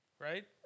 right